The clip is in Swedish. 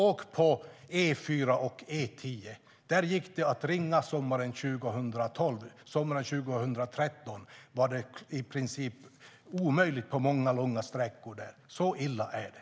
Åk på E4 och E10! Där gick det att ringa sommaren 2012. Sommaren 2013 var det i princip omöjligt på många långa sträckor där. Så illa är det.